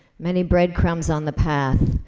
many bread crumbs on the path,